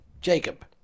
Jacob